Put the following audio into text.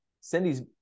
Cindy's